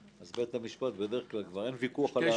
אז בדרך כלל בבית המשפט כבר אין ויכוח עליהם.